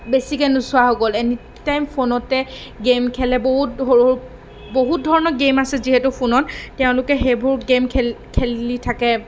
বেছিকৈ নোচোৱা হৈ গ'ল এনিটাইম ফোনতে গেম খেলে বহুত সৰু সৰু বহুত ধৰণৰ গেম আছে যিহেতু ফোনত তেওঁলোকে সেইবোৰ গেম খে খেলি থাকে